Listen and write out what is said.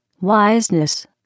wiseness